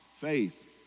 faith